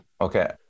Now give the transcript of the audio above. Okay